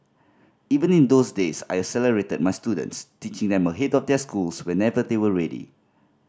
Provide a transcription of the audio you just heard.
even in those days I accelerated my students teaching them ahead of their schools whenever they were ready